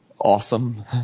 awesome